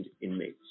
inmates